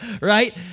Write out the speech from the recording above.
right